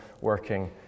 working